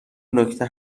نکته